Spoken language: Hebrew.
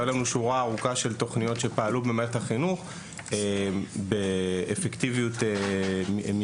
היו לנו שורה ארוכה של תוכניות שפעלו במערכת החינוך באפקטיביות משתנה,